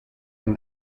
and